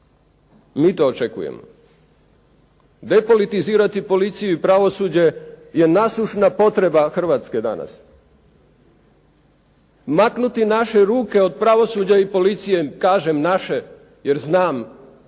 Mi to očekujemo. Depolitizirati policiju i pravosuđe je nasušna potreba Hrvatske danas. Maknuti naše ruke od pravosuđa i policije, kažem naše jer znam